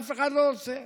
אף אחד לא רוצה.